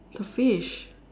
the fish